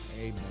Amen